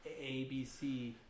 ABC